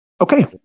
Okay